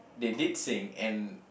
they did sing and